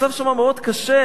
המצב שם מאוד קשה,